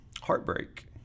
heartbreak